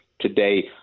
today